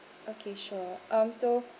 okay sure um so